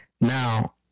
Now